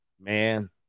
man